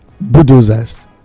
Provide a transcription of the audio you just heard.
bulldozers